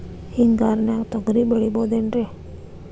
ಹಿಂಗಾರಿನ್ಯಾಗ ತೊಗ್ರಿ ಬೆಳಿಬೊದೇನ್ರೇ?